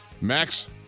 Max